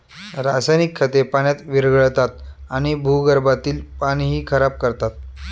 रासायनिक खते पाण्यात विरघळतात आणि भूगर्भातील पाणीही खराब करतात